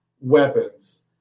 weapons